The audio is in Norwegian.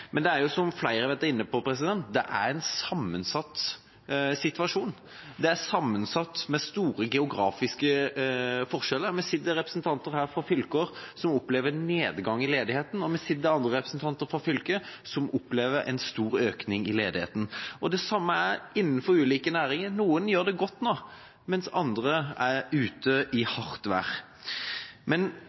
Men det er – som flere har vært inne på – en sammensatt situasjon. Det er sammensatt med store geografiske forskjeller. Det sitter representanter her fra fylker som opplever nedgang i ledigheten, og det sitter andre representanter her som er fra fylker som opplever en stor økning i ledigheten. Det samme gjelder mellom ulike næringer: Noen gjør det godt nå, mens andre er i hardt vær.